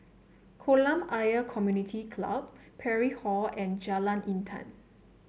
Kolam Ayer Community Club Parry Hall and Jalan Intan